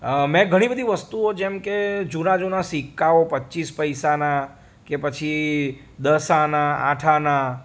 મે ઘણી બધી વસ્તુઓ જેમકે જૂના જૂના સિક્કાઓ પચીસ પૈસાના કે પછી દસ આના આઠ આના